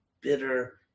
bitter